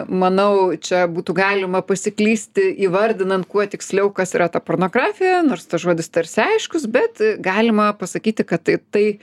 manau čia būtų galima pasiklysti įvardinant kuo tiksliau kas yra ta pornografija nors tas žodis tarsi aiškus bet galima pasakyti kad tai tai